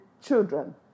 children